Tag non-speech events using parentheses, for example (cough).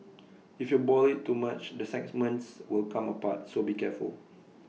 (noise) if you boil IT too much the segments will come apart so be careful